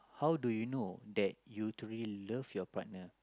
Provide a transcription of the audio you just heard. how do you know that you truly love your partner